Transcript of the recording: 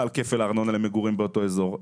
על כפול מהארנונה למגורים באותו האזור.